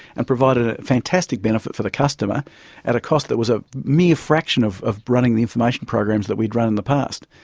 and provided a fantastic benefit for the customer at a cost that was a mere fraction of of running the information programs that we'd run in the past.